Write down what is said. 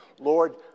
Lord